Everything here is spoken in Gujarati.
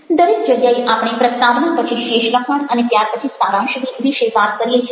દરેક જગ્યાએ આપણે પ્રસ્તાવના પછી શેષ લખાણ અને ત્યાર પછી સારાંશ વિશે વાત કરીએ છીએ